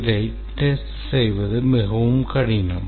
இதை டெஸ்ட் செய்வது மிகவும் கடினம்